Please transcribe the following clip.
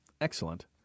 Excellent